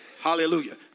Hallelujah